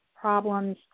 problems